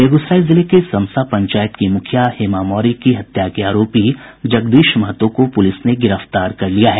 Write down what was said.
बेगूसराय जिले के समसा पंचायत की मुखिया हेमा मौर्य की हत्या के आरोपी जगदीश महतो को पुलिस ने गिरफ्तार कर लिया है